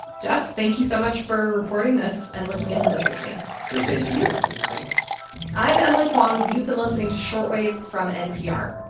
geoff, thank you so much for reporting this and looking into this with me the same to you, emily. thanks i'm emily kwong. you've been listening to short wave from npr.